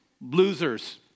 losers